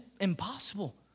impossible